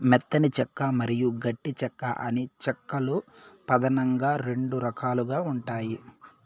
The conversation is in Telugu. మెత్తని చెక్క మరియు గట్టి చెక్క అని చెక్క లో పదానంగా రెండు రకాలు ఉంటాయి